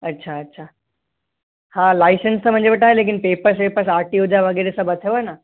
अच्छा अच्छा हा लाईसंस त मुंहिंजे वटि आहे लेकिन पेपर्स वेपर्स आर टी ओ जा वग़ैरह सभु अथव न